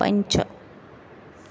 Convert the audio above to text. पञ्च